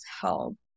help